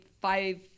five